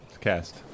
cast